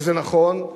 וזה נכון.